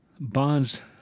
bonds